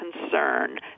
concern